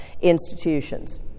institutions